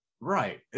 Right